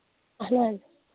اَہَن حظ